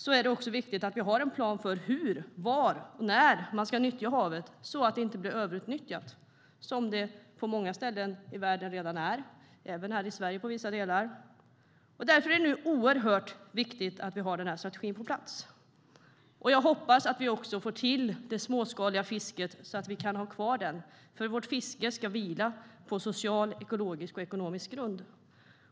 Det är därför viktigt att vi har en plan för hur, var och när man ska nyttja havet så att det inte blir överutnyttjat. Det är det redan på många ställen i världen och även i vissa delar här i Sverige. Därför är det oerhört viktigt att vi har den här strategin på plats, och jag hoppas att vi också får till det småskaliga fisket så att vi kan ha kvar det. Vårt fiske ska nämligen vila på social, ekologisk och ekonomisk grund.